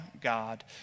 God